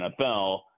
NFL